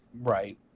right